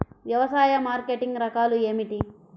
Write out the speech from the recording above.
వ్యవసాయ మార్కెటింగ్ రకాలు ఏమిటి?